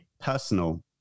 personal